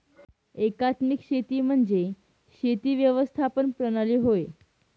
एकात्मिक शेती म्हणजे शेती व्यवस्थापन प्रणाली होय